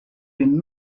been